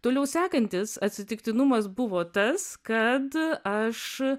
toliau sekantis atsitiktinumas buvo tas kad aš